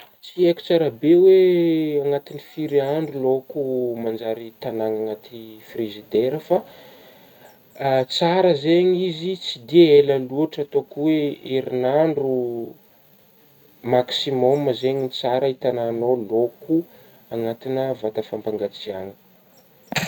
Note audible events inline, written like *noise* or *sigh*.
*noise* Tsy haiko tsara be hoe anatigny firy andro lôko manjary tagnagna anaty frizidera fa *hesitation* tsara zegny izy tsy dia ela loatra ataoko hoe herinandro *hesitation* maximum zegny hitagnagnao lôko anaty vata fampangatsiahigna.